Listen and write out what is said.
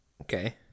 okay